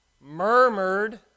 murmured